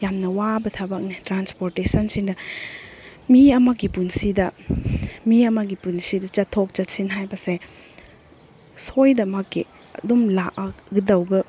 ꯌꯥꯝꯅ ꯋꯥꯕ ꯊꯕꯛꯅꯤ ꯇ꯭ꯔꯥꯟꯁꯄꯣꯔꯇꯦꯁꯟꯁꯤꯅ ꯃꯤ ꯑꯃꯒꯤ ꯄꯨꯟꯁꯤꯗ ꯃꯤ ꯑꯃꯒꯤ ꯄꯨꯟꯁꯤꯗ ꯆꯠꯊꯣꯛ ꯆꯠꯁꯤꯟ ꯍꯥꯏꯕꯁꯦ ꯁꯣꯏꯗꯅꯃꯛꯀꯤ ꯑꯗꯨꯝ ꯂꯥꯛꯑꯒꯗꯧꯕ